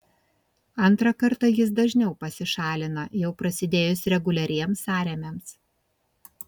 antrą kartą jis dažniau pasišalina jau prasidėjus reguliariems sąrėmiams